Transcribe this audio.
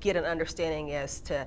get an understanding as to